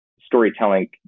storytelling